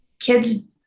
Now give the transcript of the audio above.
Kids